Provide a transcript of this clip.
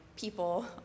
people